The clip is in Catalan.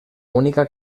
única